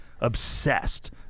Obsessed